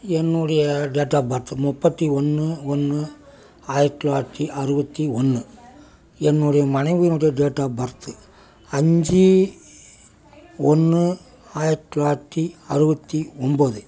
என்னுடைய date of birth முப்பத்து ஒன்று ஒன்று ஆயிரத்து தொள்ளாயிரத்து அறுபத்தி ஒன்று என்னுடைய மனைவியினுடைய டேட் ஆப் பர்த்து அஞ்சு ஒன்று ஆயிரத்து தொள்ளாயிரத்து அறுபத்தி ஒன்பது